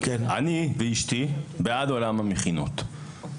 אני ואשתי בעד עולם המכינות,